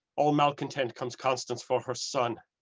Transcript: all malcontent comes constance for her son.